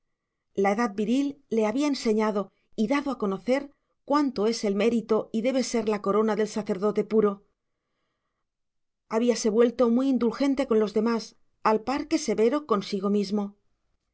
la edad viril le había enseñado y dado a conocer cuánto es el mérito y debe ser la corona del sacerdote puro habíase vuelto muy indulgente con los demás al par que severo consigo mismo